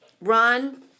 Run